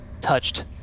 touched